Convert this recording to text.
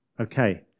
Okay